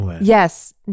Yes